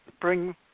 bring